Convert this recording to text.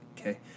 okay